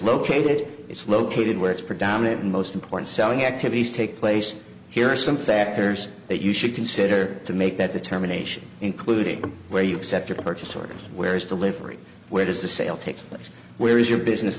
located it's located where it's predominant in most important selling activities take place here are some factors that you should consider to make that determination including where you set your purchase orders where is delivery where does the sale takes place where is your business